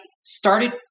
started